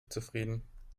zufrieden